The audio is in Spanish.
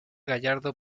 gallardo